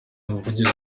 umuvugizi